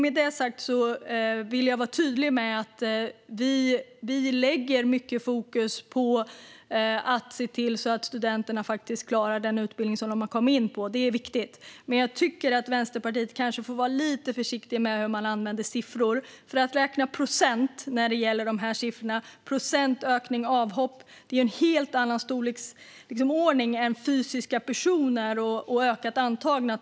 Med det sagt vill jag vara tydlig med att vi lägger mycket fokus på att se till att studenterna faktiskt klarar den utbildning de har kommit in på. Det är viktigt. Men jag tycker att man i Vänsterpartiet kanske ska vara lite försiktig med hur man använder siffror. Att räkna procent när det gäller siffrorna för ökning och avhopp ger en helt annan storleksbild än att räkna fysiska personer och antalet antagna.